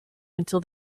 until